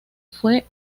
fue